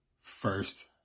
first